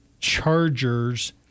Chargers